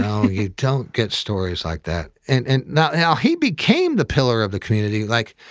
you don't get stories like that. and and now, he became the pillar of the community, like,